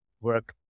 work